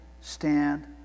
stand